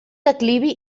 declivi